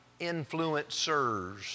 influencers